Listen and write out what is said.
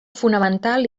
fonamental